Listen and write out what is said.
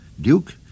Duke